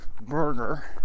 burger